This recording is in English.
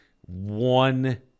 one